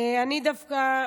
אני דווקא,